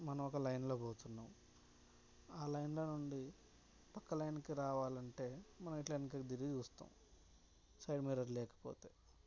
మనం ఒక లైన్లో పోతున్నాం ఆ లైన్లో నుండి పక్క లైన్కి రావాలంటే మనం ఇట్లా వెనుకకి తిరిగి చూస్తాం సైడ్ మిర్రర్ లేకపోతే